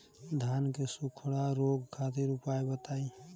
धान के सुखड़ा रोग खातिर उपाय बताई?